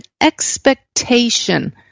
expectation